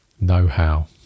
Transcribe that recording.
know-how